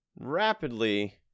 Rapidly